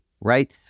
right